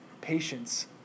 patience